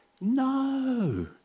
no